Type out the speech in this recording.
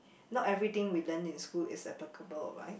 not everything we learn in school is applicable right